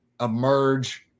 emerge